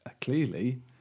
clearly